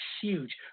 huge